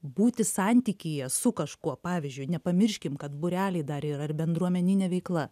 būti santykyje su kažkuo pavyzdžiui nepamirškim kad būreliai dar yra ir bendruomeninė veikla